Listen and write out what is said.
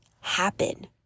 happen